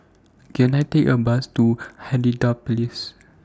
Can I Take A Bus to Hindhede Place